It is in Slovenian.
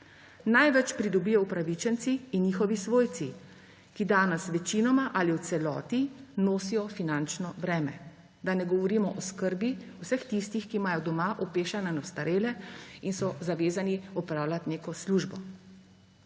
Največ pridobijo upravičenci in njihovi svojci, ki danes večinoma ali v celoti nosijo finančno breme, da ne govorimo o oskrbi vseh tistih, ki imajo doma opešane in ostarele in so zavezani opravljati neko službo.